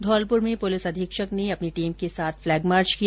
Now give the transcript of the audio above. धौलप्र में पुलिस अधीक्षक ने अपनी टीम के साथ फलैग मार्च किया